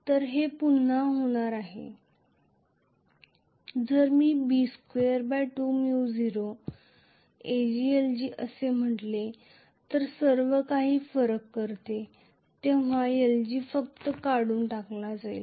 तर हे पुन्हा होणार आहे जर मी B22 µ0 Aglg असे म्हटले तर ते सर्व काही फरक करते तेव्हा lg फक्त काढून टाकले जाईल